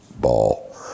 ball